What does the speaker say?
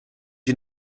you